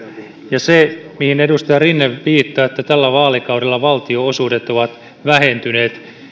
ja se mihin edustaja rinne viittaa että tällä vaalikaudella valtionosuudet ovat vähentyneet